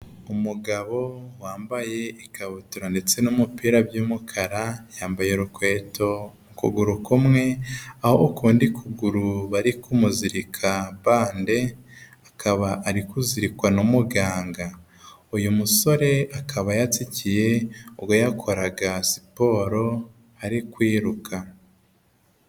Umugabo wambaye ikabutura ndetse n'umupira by'umukara yambaye urukweto ukuguru kumwe, aho ukundi ukuguru bari kuumuzirika bande akaba ari kuzirikwa n'umuganga, uyu musore akaba yatsikiye ubwo yakoraga siporo ari kwiruka.